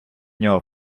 нього